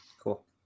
Cool